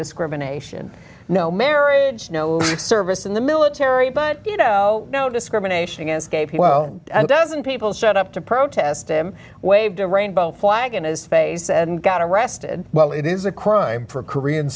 discrimination no marriage no service in the military but you know no discrimination against gay people doesn't people showed up to protest him waved a rainbow flag in his face and got arrested well it is a crime for korean